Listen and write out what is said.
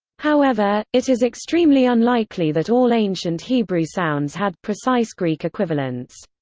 however, it is extremely unlikely that all ancient hebrew sounds had precise greek equivalents.